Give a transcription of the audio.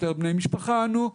יותר בני משפחה ענו.